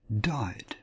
died